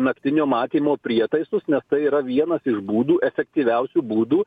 naktinio matymo prietaisus nes tai yra vienas iš būdų efektyviausių būdų